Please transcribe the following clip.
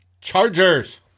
Chargers